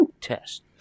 test